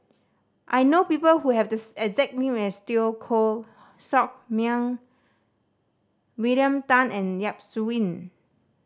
I know people who have these exact name as Teo Koh Sock Miang William Tan and Yap Su Yin